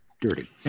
dirty